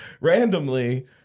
randomly